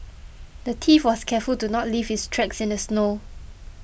the thief was careful to not leave his tracks in the snow